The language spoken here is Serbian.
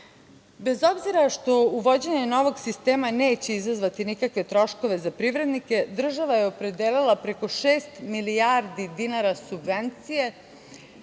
obzira što uvođenje novog sistema neće izazvati nikakve troškove za privrednike, država je opredelila preko šest milijardi dinara subvencije